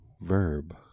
verb